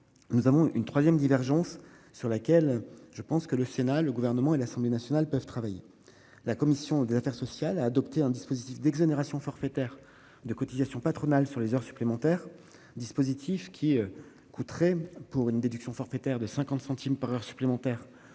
nous avons une troisième divergence, sur laquelle le Sénat, le Gouvernement et l'Assemblée nationale peuvent, me semble-t-il, travailler. La commission des affaires sociales a adopté un dispositif d'exonération forfaitaire de cotisations patronales sur les heures supplémentaires, dont le coût, pour une déduction forfaitaire de 50 centimes par heure supplémentaire,